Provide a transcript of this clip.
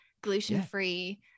gluten-free